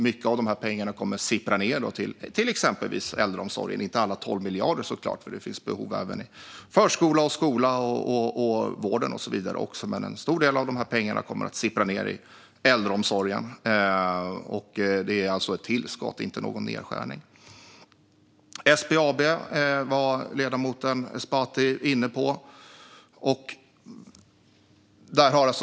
Mycket av dessa pengar kommer att sippra ned exempelvis till äldreomsorgen, men såklart inte alla 12 miljarder kronor eftersom det finns behov även i förskolan, skolan och vården. Men en stor del av dessa pengar kommer att sippra ned till äldreomsorgen. Och det är alltså ett tillskott och inte någon nedskärning. Ledamoten Esbati var inne på SBAB.